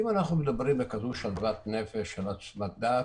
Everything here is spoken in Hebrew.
אם אנחנו מדברים בשלוות נפש כזאת על הצמדת